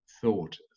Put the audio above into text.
thought